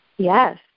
Yes